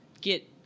get